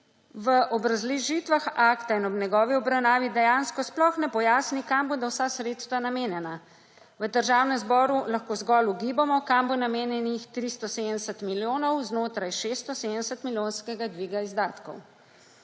v obrazložitvah akta in ob njegovi obravnavi dejansko sploh ne pojasni, kam bodo vsa sredstva namenjena. V Državnem zboru lahko zgolj ugibamo, kam bo namenjenih 370 milijonov znotraj 670-milijonskega dviga izdatkov.